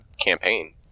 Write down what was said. campaign